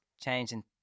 changing